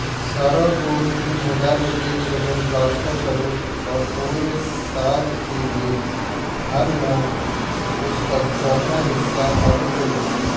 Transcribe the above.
سارہ کو تین ہزار روپئے کی رقم ٹرانسفر کرو اور پورے سال کے لیے ہر ماہ اس کا چوتھا حصہ آٹو پے کرو